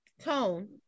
tone